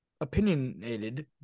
opinionated